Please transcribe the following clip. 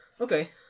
Okay